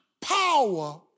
power